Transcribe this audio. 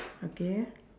okay